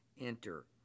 enter